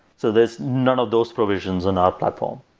so there's none of those provisions in our platform.